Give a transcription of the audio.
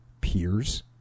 peers